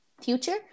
future